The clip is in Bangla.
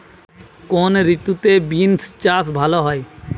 কোন ঋতুতে বিন্স চাষ ভালো হয়?